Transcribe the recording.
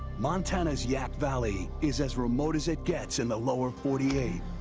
montana's yaak valley is as remote as it gets in the lower forty eight,